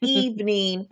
evening